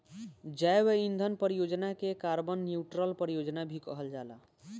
जैव ईंधन परियोजना के कार्बन न्यूट्रल परियोजना भी कहल जाला